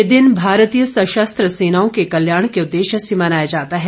ये दिन भारतीय सशस्त्र सेनाओं के कल्याण के उदेश्य से मनाया जाता है